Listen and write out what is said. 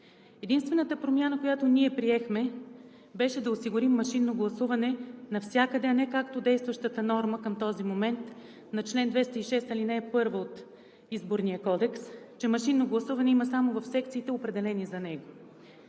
Единствената промяна, която ние приехме, беше да осигурим машинно гласуване навсякъде, а не както действащата норма към този момент на чл. 206, ал. 1 от Изборния кодекс, че машинно гласуване има само в секциите, определени за него.